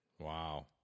Wow